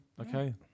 okay